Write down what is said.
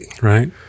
Right